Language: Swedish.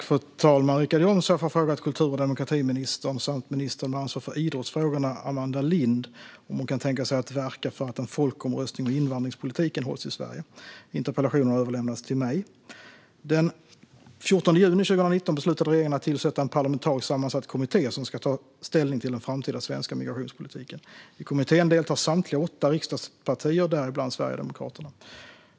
Fru talman! Richard Jomshof har frågat kultur och demokratiministern samt ministern med ansvar för idrottsfrågorna Amanda Lind om hon kan tänka sig att verka för att en folkomröstning om invandringspolitiken hålls i Sverige. Interpellationen har överlämnats till mig. Den 14 juni 2019 beslutade regeringen att tillsätta en parlamentariskt sammansatt kommitté som ska ta ställning till den framtida svenska migrationspolitiken. I kommittén deltar samtliga åtta riksdagspartier, däribland Sverigedemokraterna.